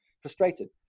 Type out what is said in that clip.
frustrated